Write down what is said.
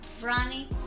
Ronnie